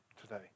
today